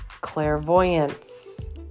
Clairvoyance